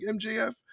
MJF